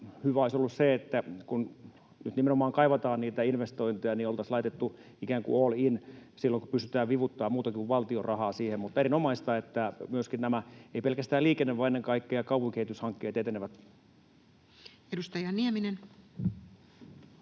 hyvää olisi ollut se, että kun nyt nimenomaan kaivataan niitä investointeja, niin oltaisiin laitettu ikään kuin all in silloin, kun pystytään vivuttamaan muuta kuin valtion rahaa siihen. Mutta erinomaista, että myöskin nämä, ei pelkästään liikenne, vaan ennen kaikkea kaupunkikehityshankkeet etenevät. Edustaja Nieminen.